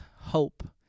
hope